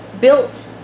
built